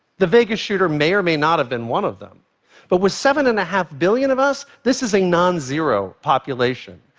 the vegas shooter may or may not have been one of them but with seven and a half billion of us, this is a nonzero population.